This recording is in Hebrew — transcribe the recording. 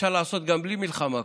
אפשר לעשות גם בלי מלחמה קודם,